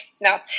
Now